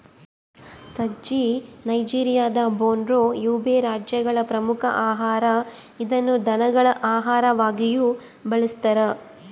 ಸಜ್ಜೆ ನೈಜೆರಿಯಾದ Borno, Yobe ರಾಜ್ಯಗಳ ಪ್ರಮುಖ ಆಹಾರ ಇದನ್ನು ದನಗಳ ಆಹಾರವಾಗಿಯೂ ಬಳಸ್ತಾರ